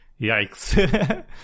yikes